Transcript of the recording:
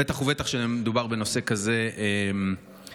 בטח ובטח כשמדובר בנושא כזה משמעותי.